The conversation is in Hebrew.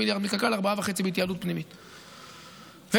ישראל, שימו